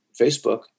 facebook